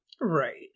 Right